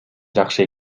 жакшы